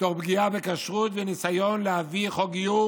תוך פגיעה בכשרות וניסיון להביא חוק גיור